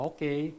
Okay